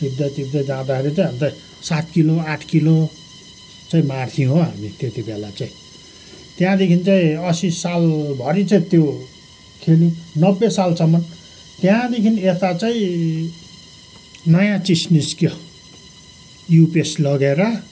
टिप्दै टिप्दै जाँदाखेरि चाहिँ अन्त सात किलो आठ किलो चाहिँ मार्थ्यौँ हौ हामी त्यति बेला चाहिँ त्यहाँदेखि चाहिँ असी सालभरि चाहिँ त्यो खेल्यो नब्बे सालसम्म त्यहाँदेखि यता चाहिँ नयाँ चिज निस्क्यो युपिएस लगेर